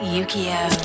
Yukio